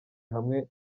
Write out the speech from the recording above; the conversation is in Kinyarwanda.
hamwe